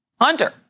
Hunter